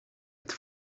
het